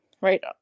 right